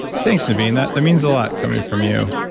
thanks naveen, that means a lot coming from you.